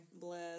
bless